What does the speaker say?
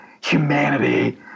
humanity